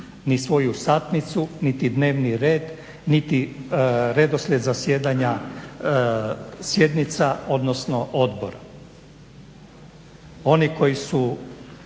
ni svoju satnicu, niti dnevni red, niti redoslijed zasjedanja sjednica, odnosno odbora. Oni koji su,